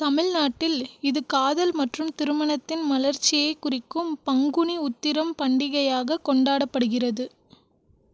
தமிழ்நாட்டில் இது காதல் மற்றும் திருமணத்தின் மலர்ச்சியைக் குறிக்கும் பங்குனி உத்திரம் பண்டிகையாக கொண்டாடப்படுகிறது